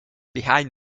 behind